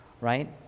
right